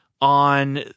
on